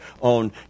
on